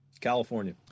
California